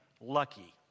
lucky